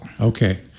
Okay